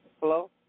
Hello